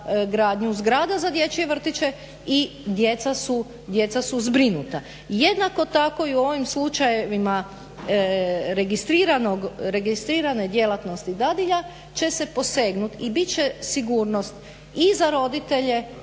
gradnju zgrada za dječje vrtiće i djeca su zbrinuta. Jednako tako i u ovom slučajevima registriranog, registrirane djelatnosti dadilja će se posegnuti i bit će sigurnost i za roditelje